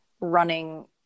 running